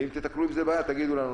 ואם תיתקלו עם זה בבעיה תגידו לנו.